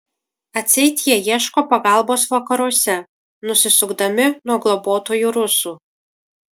atseit jie ieško pagalbos vakaruose nusisukdami nuo globotojų rusų